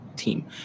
team